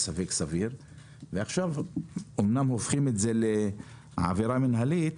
ספק סביר ועכשיו אמנם הופכים את זה לעבירה מינהלית.